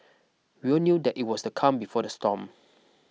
we all knew that it was the calm before the storm